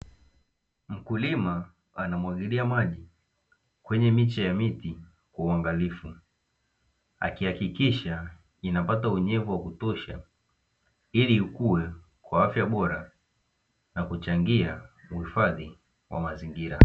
Mkulima anamwagilia maji kwenye miche ya miti kwa uangalifu akihakikisha inapata unyevu wa kutosha, ili ikuwe kwa afya bora na kuchangia uhifadhi wa mazingira.